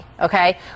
okay